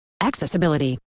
Accessibility